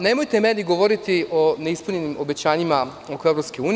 Nemojte meni govoriti o neispunjenim obećanjima oko EU.